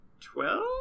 twelve